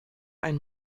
ein